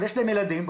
יש להם ילדים,